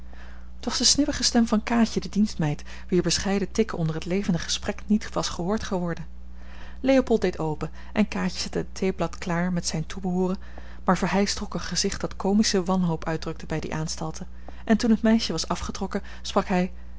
t was de snibbige stem van kaatje de dienstmeid wier bescheiden tikken onder het levendige gesprek niet was gehoord geworden leopold deed open en kaatje zette het theeblad klaar met z'n toebehooren maar verheyst trok een gezicht dat comische wanhoop uitdrukte bij die aanstalten en toen het meisje was afgetrokken sprak hij